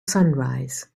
sunrise